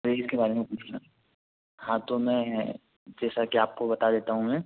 परहेज के बारे में पूछना था हाँ तो मैं जैसा कि आपको बता देता हूँ मैं